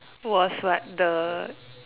was what the